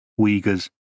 Uyghurs